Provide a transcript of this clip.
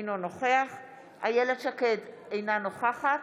אינו נוכח איילת שקד, אינה נוכחת